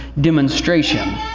demonstration